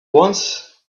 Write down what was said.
once